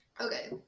okay